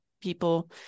people